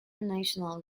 national